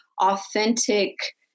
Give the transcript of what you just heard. authentic